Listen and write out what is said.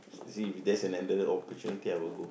see if there's an another opportunity I would go